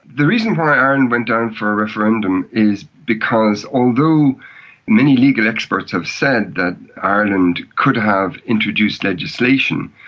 the reason why ireland went down for a referendum is because although many legal experts have said that ireland could have introduced legislation,